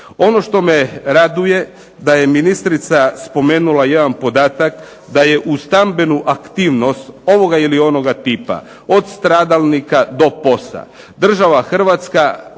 Ono što me raduje da je ministrica spomenula jedan podatak da je u stambenu aktivnost ovoga ili onoga tipa od stradalnika do POS-a država Hrvatska